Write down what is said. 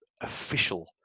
official